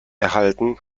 erhalten